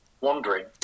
wandering